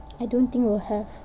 I don't think will have